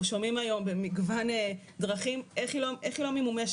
שומעים היום במגוון דרכים איך היא לא ממומשת,